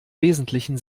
wesentlichen